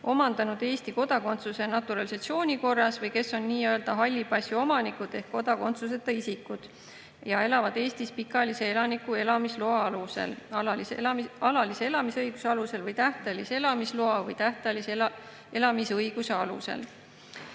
omandanud Eesti kodakondsuse naturalisatsiooni korras või kes on nii-öelda halli passi omanikud ehk kodakondsuseta isikud ja elavad Eestis pikaajalise elaniku elamisloa alusel, alalise elamisõiguse alusel või tähtajalise elamisloa või tähtajalise elamisõiguse alusel.